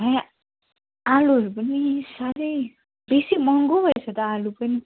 ए आलुहरू पनि साह्रै बेसी महँगो भएछ त आलु पनि